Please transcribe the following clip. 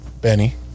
Benny